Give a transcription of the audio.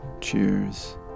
cheers